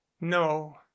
no